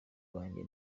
wanjye